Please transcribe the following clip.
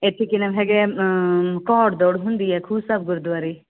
ਇਥੇ ਕਿਨਮ ਹੈਗੇ ਆ ਘੌੜ ਦੌੜ ਹੁੰਦੀ ਹੈ ਖੂਹ ਸਾਹਿਬ ਗੁਰਦੁਆਰੇ